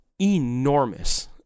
enormous